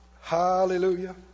hallelujah